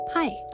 Hi